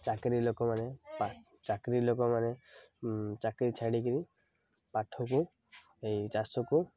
ଚାକିରି ଲୋକମାନେ ଚାକିରି ଲୋକମାନେ ଚାକିରି ଛାଡ଼ିକରି ପାଠକୁ ଏଇ ଚାଷକୁ